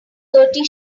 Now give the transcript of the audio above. thirty